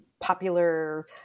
popular